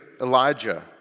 Elijah